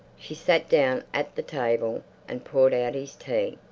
she sat down at the table and poured out his tea.